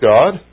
God